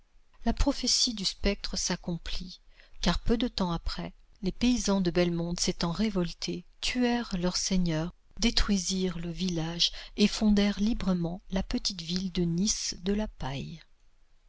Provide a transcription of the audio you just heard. la prophétie du spectre s'accomplit car peu de tems après les paysans de belmonte s'étant révoltés tuèrent leur seigneur détruisirent le village et fondèrent librement la petite ville de nice de la paille